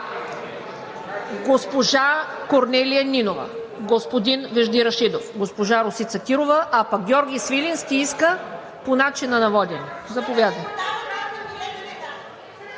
госпожа Корнелия Нинова, господин Вежди Рашидов, госпожа Росица Кирова, а пък Георги Свиленски иска – по начина на водене. (Реплики